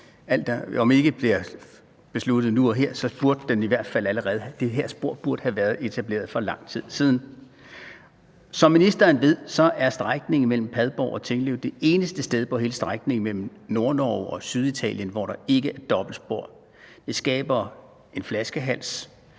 om det ikke bliver besluttet nu og her, er det en sag, hvor det her spor allerede burde have været etableret for lang tid siden. Som ministeren ved, er strækningen mellem Padborg og Tinglev det eneste sted på hele strækningen mellem Nordnorge og Syditalien, hvor der ikke er dobbeltspor. Det skaber en flaskehals